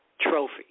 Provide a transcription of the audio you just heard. Trophy